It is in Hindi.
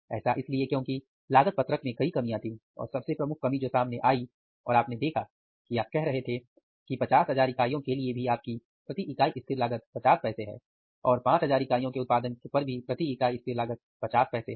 ऐसा इसलिए क्योंकि लागत पत्रक में कई कमियां थी और सबसे प्रमुख कमी जो सामने आई और आपने देखा कि आप कह रहे थे कि 50000 इकाइयों के लिए भी आपकी प्रति इकाई स्थिर लागत 50 पैसे है और 5000 इकाइयों के उत्पादन पर भी प्रति इकाई स्थिर लागत पचास पैसे है